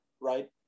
right